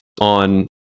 on